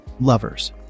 Lovers